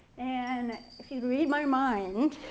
and if you read my mind,